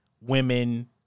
women